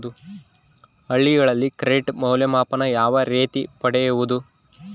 ಹಳ್ಳಿಗಳಲ್ಲಿ ಕ್ರೆಡಿಟ್ ಮೌಲ್ಯಮಾಪನ ಯಾವ ರೇತಿ ಪಡೆಯುವುದು?